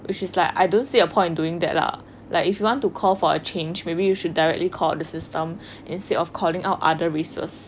which is like I don't see a point in doing that lah like if you want to call for a change maybe you should directly call out the system instead of calling out other races